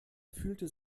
fühlte